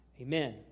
Amen